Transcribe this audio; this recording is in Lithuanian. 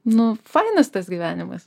nu fainas tas gyvenimas